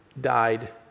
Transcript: died